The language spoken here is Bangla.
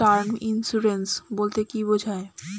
টার্ম ইন্সুরেন্স বলতে কী বোঝায়?